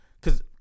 Cause